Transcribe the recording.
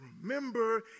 Remember